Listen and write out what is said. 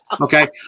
okay